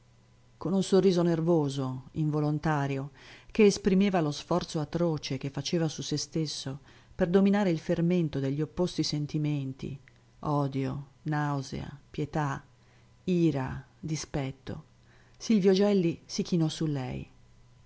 con un sorriso nervoso involontario che esprimeva sforzo atroce che faceva su sé stesso per dominare il fermento degli opposti sentimenti odio nausea pietà i dispetto silvio gelli si chinò su lei